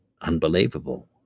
unbelievable